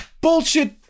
bullshit